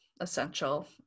essential